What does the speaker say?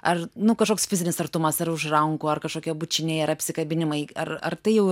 ar nu kažkoks fizinis artumas ar už rankų ar kažkokie bučiniai ar apsikabinimai ar ar tai jau